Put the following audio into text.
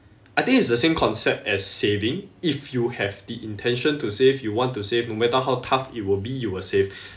I think it's the same concept as saving if you have the intention to save you want to save no matter how tough it would be you will save